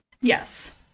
Yes